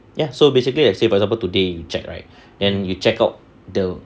ya so basically I say for example today you check right then you check out the